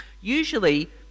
Usually